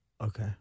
Okay